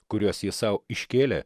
kuriuos ji sau iškėlė